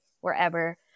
wherever